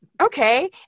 Okay